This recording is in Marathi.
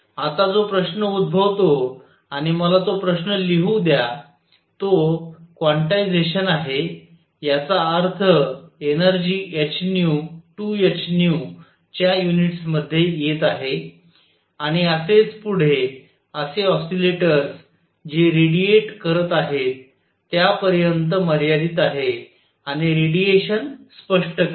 आता जो प्रश्न उद्भवतो आणि मला तो प्रश्न लिहू द्या तो क्वांटिझेशन आहे याचा अर्थ एनर्जी h 2 h च्या युनिट्समध्ये येत आहे आणि असेच पुढे असे ऑसिलेटर्स जे रेडीयेट करत आहेत त्यापर्यंत मर्यादित आहे आणि रेडिएशन स्पष्ट करते